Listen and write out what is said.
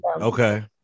Okay